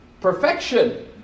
perfection